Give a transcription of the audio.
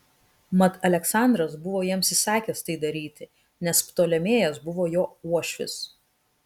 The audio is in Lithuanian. mat aleksandras buvo jiems įsakęs tai daryti nes ptolemėjas buvo jo uošvis